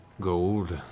gold,